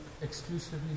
exclusively